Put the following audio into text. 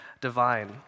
divine